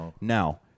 Now